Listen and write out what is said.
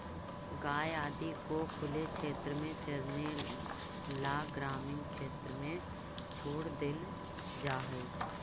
गाय आदि को खुले क्षेत्र में चरने ला ग्रामीण क्षेत्र में छोड़ देल जा हई